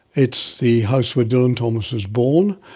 it's the house where dylan thomas was born,